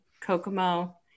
Kokomo